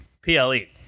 P-L-E